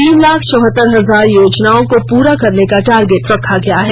तीन लाख चौहत्तर हजार योजनाओं को पूरा करने का टारगेट रखा गया है